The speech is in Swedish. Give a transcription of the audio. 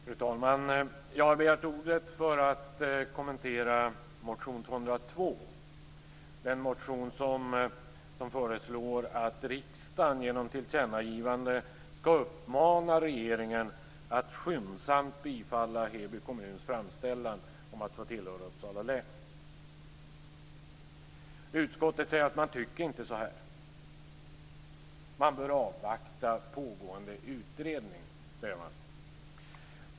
Fru talman! Jag har begärt ordet för att kommentera motion 202 där det föreslås att riksdagen genom tillkännagivande skall uppmana regeringen att skyndsamt bifalla Heby kommuns framställan om att få tillhöra Uppsala län. Utskottet säger att man inte tycker det, utan man bör avvakta pågående utredning.